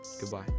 goodbye